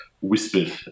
whispered